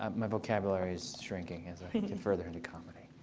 um my vocabulary is shrinking as i get further into comedy.